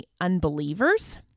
unbelievers